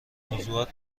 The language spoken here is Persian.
موضوعات